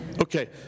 Okay